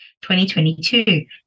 2022